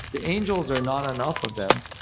the angels are not enough of them.